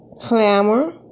clamor